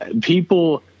People